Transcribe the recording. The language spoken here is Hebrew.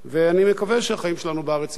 ואני מקווה שהחיים שלנו בארץ יהיו